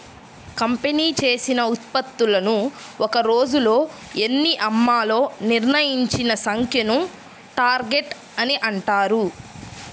company చేసిన ఉత్పత్తులను ఒక్క రోజులో ఎన్ని అమ్మాలో నిర్ణయించిన సంఖ్యను టార్గెట్ అని అంటారు